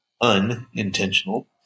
unintentional